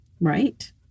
Right